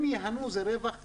הם ייהנו, זה רווח חינם,